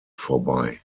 vorbei